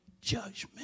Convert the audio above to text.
judgment